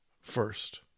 first